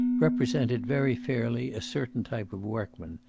represented very fairly a certain type of workman,